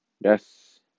Yes